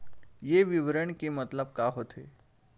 ये विवरण के मतलब का होथे?